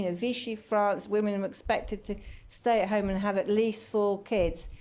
ah vichy, france, women and were expected to stay at home and have at least four kids.